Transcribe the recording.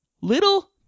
Little